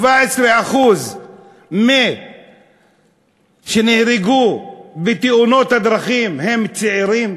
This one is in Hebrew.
17% מאלה שנהרגו בתאונות הדרכים הם צעירים?